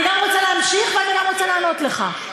אני גם רוצה להמשיך ואני גם רוצה לענות לך.